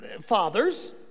Fathers